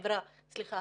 סליחה,